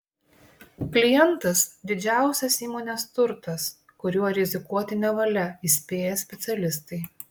klientas didžiausias įmonės turtas kuriuo rizikuoti nevalia įspėja specialistai